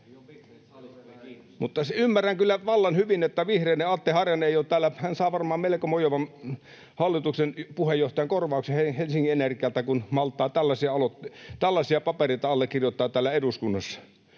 — Ymmärrän kyllä vallan hyvin, että vihreiden Atte Harjanne ei ole täällä, hän saa varmaan melko mojovan hallituksen puheenjohtajan korvauksen Helsingin Energialta, kun malttaa tällaisia papereita allekirjoittaa täällä eduskunnassa.